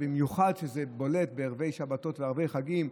במיוחד זה בולט בערבי שבתות וערבי חגים,